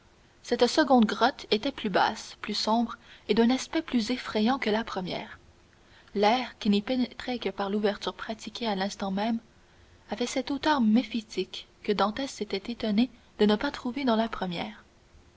cette seconde grotte était plus basse plus sombre et d'un aspect plus effrayant que la première l'air qui n'y pénétrait que par l'ouverture pratiquée à l'instant même avait cette odeur méphitique que dantès s'était étonné de ne pas trouver dans la première